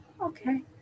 Okay